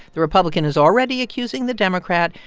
the republican is already accusing the democrat,